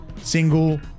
Single